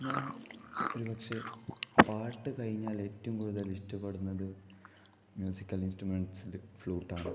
ഞാന് ഒരുപക്ഷെ പാട്ട് കഴിഞ്ഞാൽ ഏറ്റവും കൂടുതല് ഇഷ്ടപ്പെടുന്നത് മ്യൂസിക്കല് ഇന്സ്ട്രമെന്റ്സില് ഫ്ലുട്ടാണ്